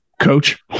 coach